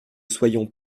soyons